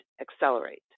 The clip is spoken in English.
accelerate